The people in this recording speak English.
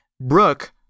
Brooke